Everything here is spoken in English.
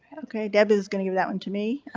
okay. deb is going to give that one to me.